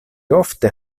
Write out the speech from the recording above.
ofte